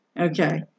Okay